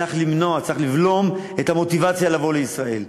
צריך למנוע, צריך לבלום את המוטיבציה לבוא לישראל.